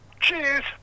Cheers